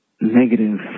negative